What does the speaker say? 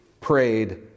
prayed